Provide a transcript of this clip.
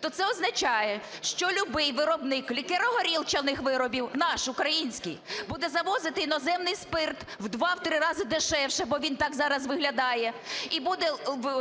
то це означає, що любий виробник лікеро-горілчаних виробів, наш, український, буде завозити іноземний спирт у два-три рази дешевше, бо він так зараз виглядає, і буде